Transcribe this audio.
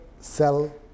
cell